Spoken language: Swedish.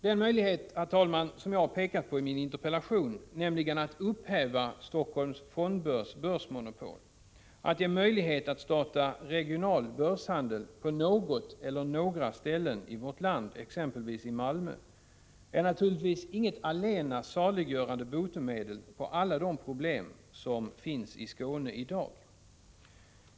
Den möjlighet som jag har pekat på i min interpellation, nämligen att upphäva Helsingforss fondbörs monopol och ge möjlighet att starta regional börshandel på något eller några ställen i vårt land, exempelvis i Malmö, är naturligtvis inget allena saliggörande botemedel för alla de problem som finns i Skåne i dag.